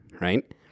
right